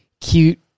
cute